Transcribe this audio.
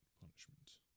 punishment